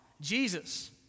Jesus